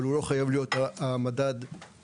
אבל הוא לא חייב להיות המדד הראשי.